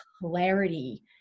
clarity